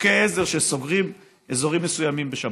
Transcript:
חוקי עזר שסוגרים אזורים מסוימים בשבת.